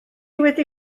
wedi